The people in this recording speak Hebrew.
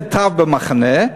כתב "במחנה"?